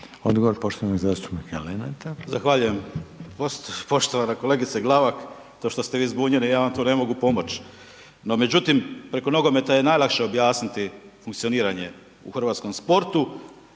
**Lenart, Željko (HSS)** Zahvaljujem, poštovana kolegice Glavak, to što ste vi zbunjeni ja vam tu ne mogu pomoć, no međutim preko nogometa je najlakše objasniti funkcioniranje u hrvatskom sportu,